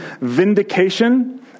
vindication